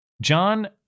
John